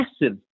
massive